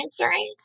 answering